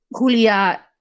julia